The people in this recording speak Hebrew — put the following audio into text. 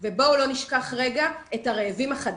זו בעיה של בריאות וזו בעיה ביטחונית אמתית של המדינה.